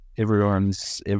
everyone's